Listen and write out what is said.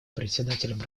председателям